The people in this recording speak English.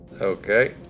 Okay